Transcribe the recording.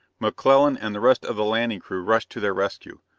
mcclellan and the rest of the landing crew rushed to their rescue.